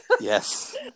Yes